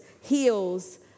heals